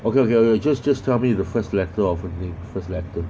okay okay okay just just tell me the first letter of her name first letter